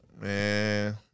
Man